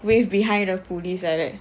wave behind a police like that